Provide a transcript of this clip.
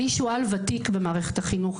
אני שועל ותיק במערכת החינוך,